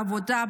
בעבודה,